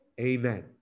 Amen